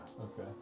Okay